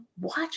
watch